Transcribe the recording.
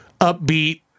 upbeat